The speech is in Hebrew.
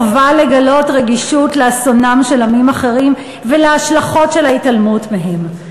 חובה לגלות רגישות לאסונם של עמים אחרים ולהשלכות של ההתעלמות מהם.